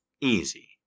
Easy